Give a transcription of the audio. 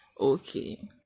Okay